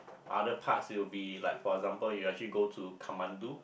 other parts it will be like for example we actually go to Katmandu